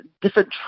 different